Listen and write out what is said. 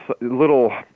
little